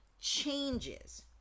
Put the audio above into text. changes